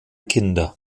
kinder